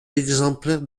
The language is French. exemplaires